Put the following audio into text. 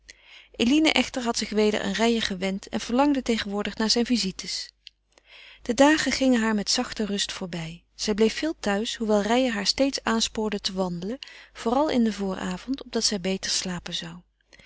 eline echter had zich weder aan reijer gewend en verlangde tegenwoordig naar zijne visites de dagen gingen haar met zachte rust voorbij zij bleef veel thuis hoewel reijer haar steeds aanspoorde te wandelen vooral in den vooravond opdat zij beter slapen zou